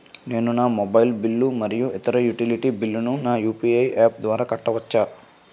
నేను నా మొబైల్ బిల్లులు మరియు ఇతర యుటిలిటీ బిల్లులను నా యు.పి.ఐ యాప్ ద్వారా కట్టవచ్చు